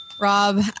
Rob